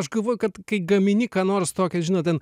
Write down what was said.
aš galvoju kad kai gamini ką nors tokią žinot ten